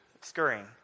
scurrying